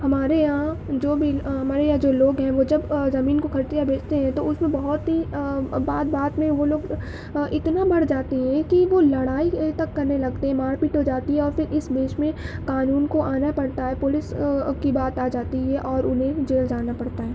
ہمارے یہاں جو بھی ہمارے یہاں جو لوگ ہیں وہ جب زمین کو خریدتے یا بیچتے ہیں تو اس میں بہت بات بات میں وہ لوگ اتنا بڑھ جاتے ہیں کہ وہ لڑائی تک کرنے لگتے ہیں مارپیٹ ہو جاتی ہے اور پھر اس بیچ میں قانون کو آنا پڑتا ہے پولیس کی بات آ جاتی ہے اور انہیں جیل جانا پڑ جاتا ہے